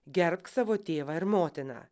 gerbk savo tėvą ir motiną